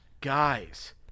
Guys